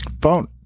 phone